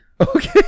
Okay